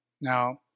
Now